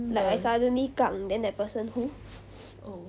like I suddenly 杠 then that person 胡